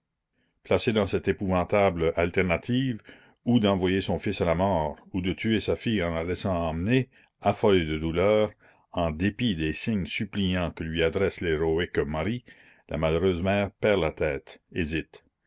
placée dans cette épouvantable alternative ou d'envoyer son fils à la mort ou de tuer sa fille en la laissant emmener affolée de douleur en dépit des signes suppliants que lui adresse l'héroïque marie la malheureuse mère perd la tête hésite